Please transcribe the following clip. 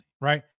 right